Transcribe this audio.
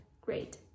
great